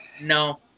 No